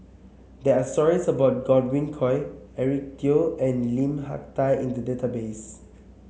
there are stories about Godwin Koay Eric Teo and Lim Hak Tai in the database